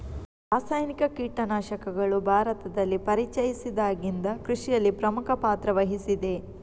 ರಾಸಾಯನಿಕ ಕೀಟನಾಶಕಗಳು ಭಾರತದಲ್ಲಿ ಪರಿಚಯಿಸಿದಾಗಿಂದ ಕೃಷಿಯಲ್ಲಿ ಪ್ರಮುಖ ಪಾತ್ರ ವಹಿಸಿದೆ